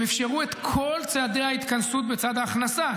הם אפשרו את כל צעדי ההתכנסות בצד ההכנסה,